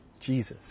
Jesus